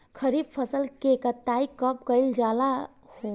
खरिफ फासल के कटाई कब कइल जाला हो?